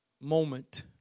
moment